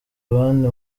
abandi